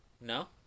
No